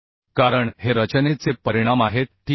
कारण हे रचनेचे परिणाम आहेत ठीक आहे